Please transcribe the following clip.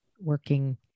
working